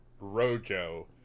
Rojo